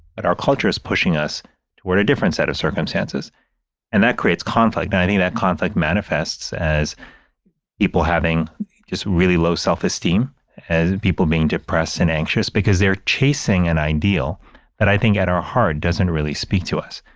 but our culture is pushing us toward a different set of circumstances and that creates conflict. and i think that conflict manifests as people having just really low self-esteem and people being depressed and anxious because they are chasing an ideal that i think at our heart doesn't really speak to us.